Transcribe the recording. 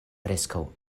preskaŭ